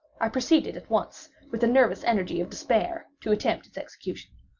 i proceeded at once, with the nervous energy of despair, to attempt its execution.